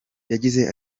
yagize